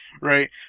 Right